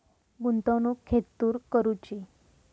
गुंतवणुक खेतुर करूची?